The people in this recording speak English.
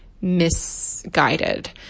misguided